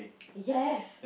yes